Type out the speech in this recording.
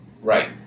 right